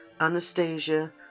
Anastasia